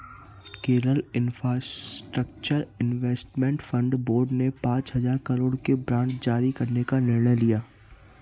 Kerala infrastructure investment fund board ने पांच हजार करोड़ के बांड जारी करने का निर्णय लिया